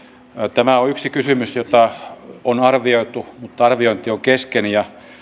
tämä on yksi kysymys jota on arvioitu mutta arviointi on kesken ja